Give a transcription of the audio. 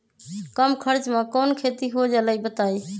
कम खर्च म कौन खेती हो जलई बताई?